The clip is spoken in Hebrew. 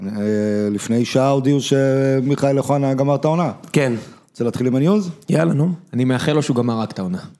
לפני שעה הודיעו שמיכאל אוחנה גמר את העונה. כן. רוצה להתחיל עם הניוז? יאללה, נו. אני מאחל לו שהוא גמר רק העונה